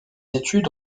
études